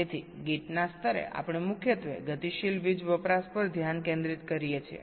તેથી ગેટના સ્તરે આપણે મુખ્યત્વે ગતિશીલ વીજ વપરાશ પર ધ્યાન કેન્દ્રિત કરીએ છીએ